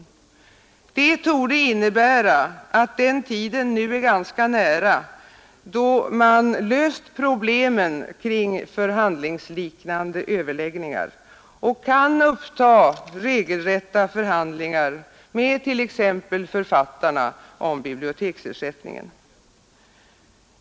Detta torde innebära att den tiden nu är ganska nära då man löst problemet kring ”förhandlingsliknande överläggningar” och kan uppta regelrätta förhandlingar med t.ex. författarna om biblioteksersättningen.